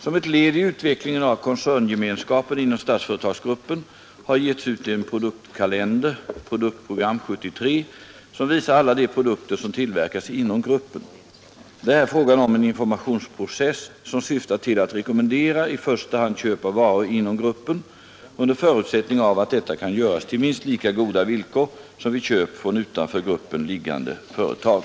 Som ett led i utvecklingen av koncerngemenskapen inom Statsföretagsgruppen har getts ut en produktkalender, Produktprogram 73, som visar alla de produkter som tillverkas inom gruppen. Det är här fråga om en informationsprocess som syftar till att rekommendera i första hand köp av varor inom gruppen, under förutsättning av att detta kan göras till minst lika goda villkor som vid köp från utanför gruppen liggande företag.